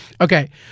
Okay